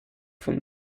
von